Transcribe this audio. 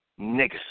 niggas